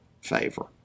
favor